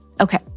Okay